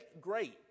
great